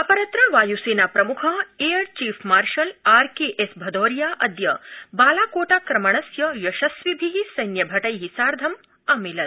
अपरत्र वायुसेनाप्रमुख air chief marshal RKS Bhadauria अद्य बालाकोटाक्रमणस्य यशस्विभि सैन्यभटै सार्ध अभिलत्